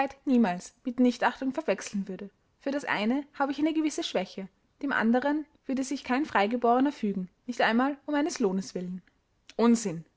niemals mit nichtachtung verwechseln würde für das eine habe ich eine gewisse schwäche dem anderen würde sich kein freigeborener fügen nicht einmal um eines lohnes willen unsinn